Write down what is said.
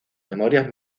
memorias